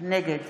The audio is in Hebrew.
נגד